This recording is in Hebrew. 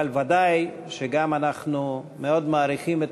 אבל ודאי שאנחנו מעריכים גם את